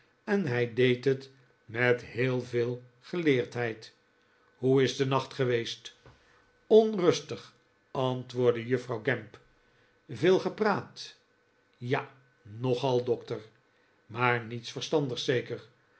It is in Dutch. en hij deed het met heel veel geleerdheid hoe is de nacht geweest onrustig dokter antwoordde juffrouw gamp veel gepraat ja nogal dokter maar riiets verstandigs zeker